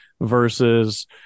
versus